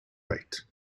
rate